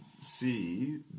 see